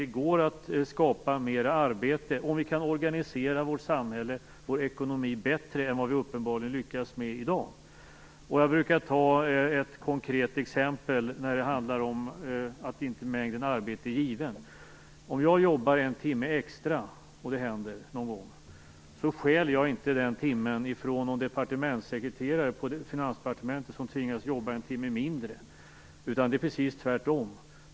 Det går att skapa mera arbete, om vi kan organisera vårt samhället och vår ekonomi bättre än vad vi uppenbarligen lyckas med i dag. Jag brukar ta ett konkret exempel för att visa att mängden arbete inte är given. Om jag jobbar en timme extra - det händer någon gång - så stjäl jag inte den timmen från någon departementssekreterare på Finansdepartementet som tvingas jobba en timme mindre. Det är precis tvärtom.